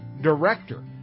director